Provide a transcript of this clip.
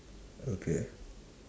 okay